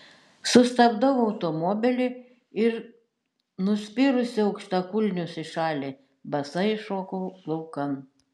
sustabdau automobilį ir nuspyrusi aukštakulnius į šalį basa iššoku laukan